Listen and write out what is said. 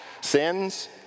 sins